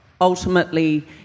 ultimately